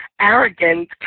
arrogant